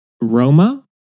Roma